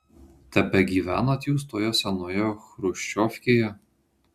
tebegyvenat jūs toje senoje chruščiovkėje